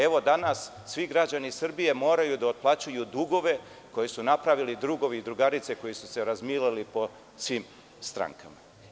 Evo, danas svi građani Srbije moraju da otplaćuju dugove koje su napravili drugovi i drugarice koji su se razmileli po svim strankama.